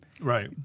Right